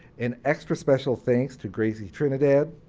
and extra special thanks to gracey trinidad.